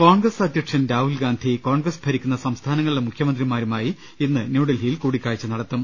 കോൺഗ്രസ് അധ്യക്ഷൻ രാഹുൽഗാന്ധി കോൺഗ്രസ് ഭരിക്കുന്ന സംസ്ഥാനങ്ങളിലെ മുഖ്യമന്ത്രിമാരുമായി ഇന്ന് ന്യൂഡൽഹിയിൽ കൂടിക്കാഴ്ച നട ത്തും